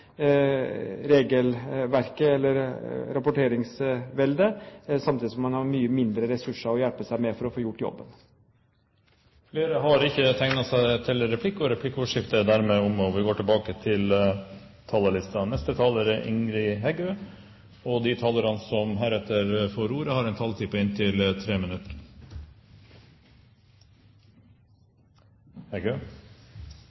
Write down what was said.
regelverket eller rapporteringsveldet som store bedrifter, samtidig som de har mye mindre ressurser å hjelpe seg med for å få gjort jobben. Replikkordskiftet er dermed omme. De talere som heretter får ordet, har en taletid på inntil 3 minutter.